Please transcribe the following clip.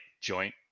joint